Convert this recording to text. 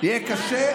יהיה קשה,